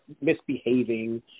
misbehaving